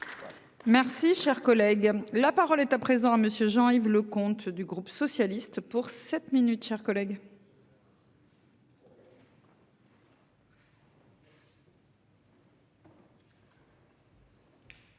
Merci, cher collègue, la parole est à présent à monsieur Jean-Yves Le compte du groupe socialiste pour cette minutes chers collègues.